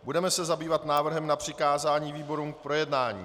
Budeme se zabývat návrhem na přikázání výborům k projednání.